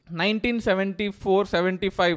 1974-75